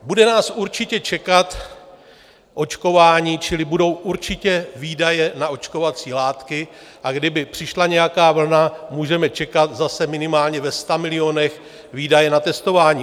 Bude nás určitě čekat očkování, čili budou určitě výdaje na očkovací látky, a kdyby přišla nějaká vlna, můžeme čekat zase minimálně ve stamilionech výdaje na testování.